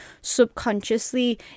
subconsciously